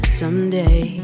someday